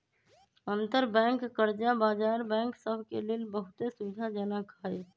अंतरबैंक कर्जा बजार बैंक सभ के लेल बहुते सुविधाजनक हइ